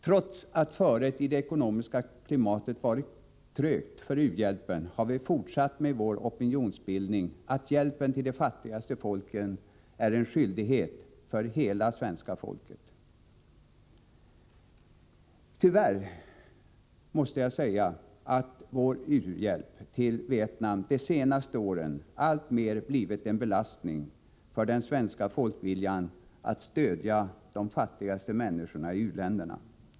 Trots att föret i detta ekonomiska klimat varit trögt för u-hjälpen, har vi fortsatt med vår opinionsbildning och hävdat att det är en skyldighet för hela svenska folket att hjälpa de fattigaste människorna. Tyvärr har vår u-hjälp till Vietnam de senaste åren alltmer blivit en belastning när det gäller svenska folkets vilja att stödja de fattiga människorna i u-länderna.